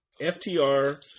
FTR